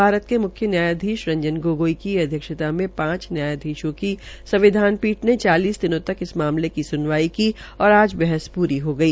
भारत के मुख्य न्यायाधीश रंजन गोगोई की अध्यक्षता में पांच न्यायधीशों की संविधान पीठ ने चालीस दिनों तक इस मामले की सुनवाई की ओर आज बहस पूरी हो गई